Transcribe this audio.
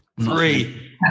Three